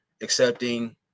accepting